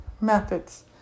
methods